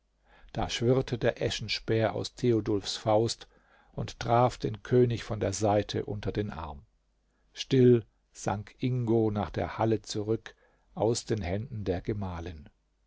da schwirrte der eschenspeer aus theodulfs faust und traf den könig von der seite unter den arm still sank ingo nach der halle zurück aus den händen der gemahlin